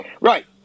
Right